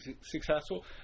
successful